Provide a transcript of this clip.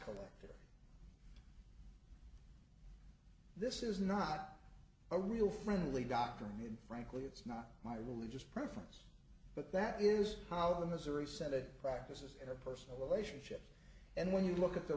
correct this is not a real friendly doctor and frankly it's not my religious preference but that is how the missouri senate practices are personal relationship and when you look at the